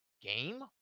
game